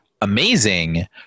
amazing –